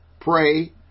pray